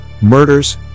murders